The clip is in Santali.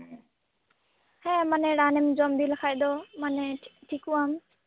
ᱦᱮᱸ ᱢᱟᱱᱮ ᱨᱟᱱᱮᱢ ᱡᱚᱢ ᱤᱫᱤ ᱞᱮᱠᱷᱟᱡ ᱫᱚ ᱢᱟᱱᱮ ᱴᱷᱤᱠᱩᱜ ᱟᱢ